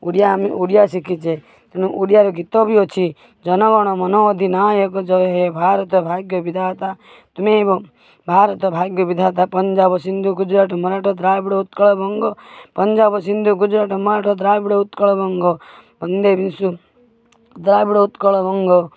ଓଡ଼ିଆ ଆମେ ଓଡ଼ିଆ ଶିଖିଛେ ତେଣୁ ଓଡ଼ିଆ ଗୀତ ବି ଅଛି ଜନ ଗଣ ମନ ଅଧିନାୟକ ଜୟ ହେ ଭାରତ ଭାଗ୍ୟ ବିଧାତା ତୁମେ ବ ଭାରତ ଭାଗ୍ୟ ବିଧାତା ପଞ୍ଜାବ ସିନ୍ଧୁ ଗୁଜୁରାଟ ମରାଠା ଦ୍ରାବିଡ଼ ଉତ୍କଳ ବଙ୍ଗ ପଞ୍ଜାବ ସିନ୍ଧୁ ଗୁଜୁରାଟ ମରାଠା ଦ୍ରାବିଡ଼ ଉତ୍କଳ ବଙ୍ଗ ବନ୍ଦେ ବିଶ୍ୱ ଦ୍ରାବିଡ଼ ଉତ୍କଳ ବଙ୍ଗ